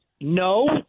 no